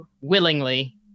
willingly